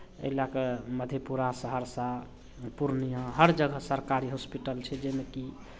एहि लए कऽ मधेपुरा सहरसा पूर्णियाँ हर जगह सरकारी हॉस्पिटल छै जाहिमे कि